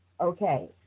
Okay